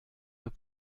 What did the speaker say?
peut